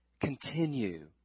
Continue